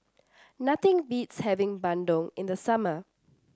nothing beats having bandung in the summer